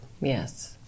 yes